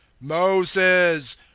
Moses